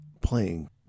playing